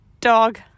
dog